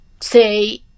say